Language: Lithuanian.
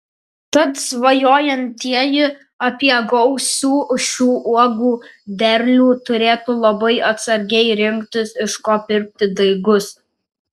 tad svajojantieji apie gausių šių uogų derlių turėtų labai atsargiai rinktis iš ko pirkti daigus